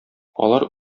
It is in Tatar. алар